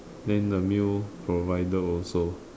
then the meal provided also